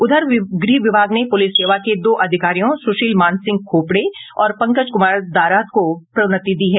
उधर गृह विभाग ने पुलिस सेवा के दो अधिकारियों सुशील मानसिंह खोपड़े और पंकज कुमार दराद को प्रोन्नति दी है